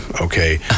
okay